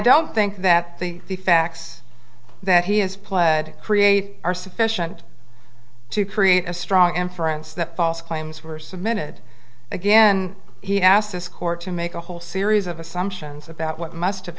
don't think that the facts that he has pled to create are sufficient to create a strong inference that false claims were submitted again he asked this court to make a whole series of assumptions about what must have